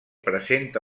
presenta